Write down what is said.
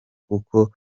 kuko